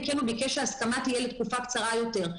כן הוא ביקש שההסכמה תהיה לתקופה קצרה יותר.